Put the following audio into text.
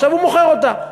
עכשיו הוא מוכר אותה.